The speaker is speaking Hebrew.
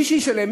מי שישלם,